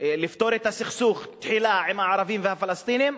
לפתור את הסכסוך תחילה עם הערבים והפלסטינים,